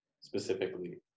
specifically